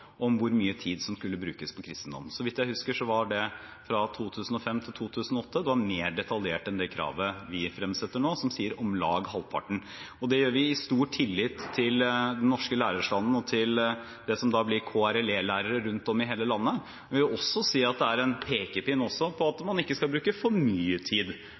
om hvor mye tid som skulle brukes på kristendom. Så vidt jeg husker, var det fra 2005 til 2008 mer detaljert enn det kravet vi fremsetter nå, som sier «om lag halvparten». Det gjør vi i stor tillit til den norske lærerstanden og til det som blir KRLE-lærere rundt om i hele landet, men jeg vil også si at det er en pekepinn på at man ikke skal bruke for mye tid